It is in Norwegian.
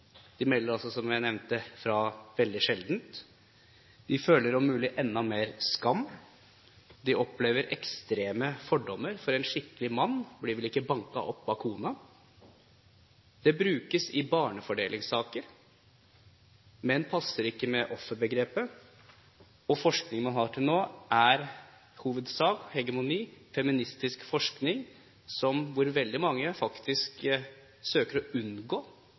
De føler, om mulig, enda mer skam. De opplever ekstreme fordommer, for en skikkelig mann blir vel ikke banket opp av kona. Det brukes i barnefordelingssaker. Menn passer ikke med offerbegrepet, og forskning vi har til nå, er i hovedsak på hegemoni, feministisk forskning, hvor veldig mange faktisk søker å unngå